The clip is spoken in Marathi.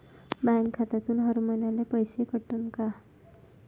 बँक खात्यातून हर महिन्याले पैसे कटन का?